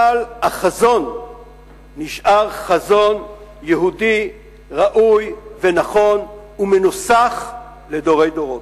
אבל החזון נשאר חזון יהודי ראוי ונכון ומנוסח לדורי דורות.